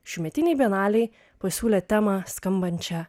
šiųmetinėj bienalėj pasiūlė temą skambančią